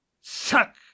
suck